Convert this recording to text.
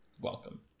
welcome